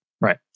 Right